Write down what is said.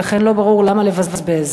ולכן לא ברור למה לבזבז.